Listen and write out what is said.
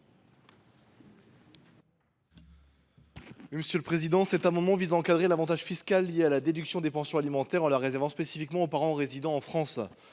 Hochart. Le présent amendement vise à encadrer l’avantage fiscal lié à la déduction des pensions alimentaires, en réservant celle ci spécifiquement aux parents résidant en France.